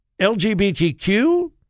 LGBTQ